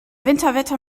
winterwetter